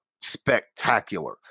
spectacular